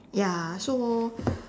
ya so